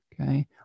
Okay